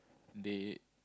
they